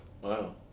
Wow